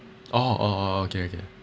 oh oh oh oh okay okay